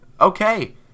okay